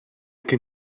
can